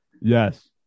Yes